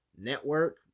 network